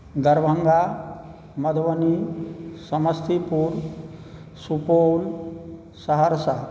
Darbhanga Madhubani Samastipur Supaul Saharsa